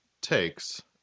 takes